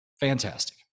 fantastic